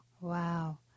Wow